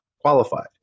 qualified